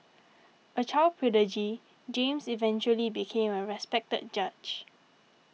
a child prodigy James eventually became a respected judge